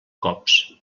cops